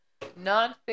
Nonfiction